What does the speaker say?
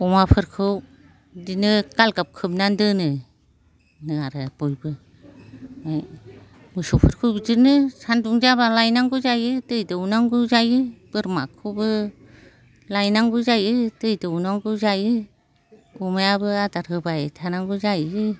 अमाफोरखौ बिदिनो गालगाब खोबनानै दोनो होनो आरो बयबो मोसौफोरखौ बिदिनो सान्दुं गोसाबा लायनांगौ जायो दै दौनांगौ जायो बोरमाखौबो लायनांगौ जायो दै दौनांगौ जायो अमायाबो आदार होबाय थानांगौ जायो